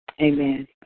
Amen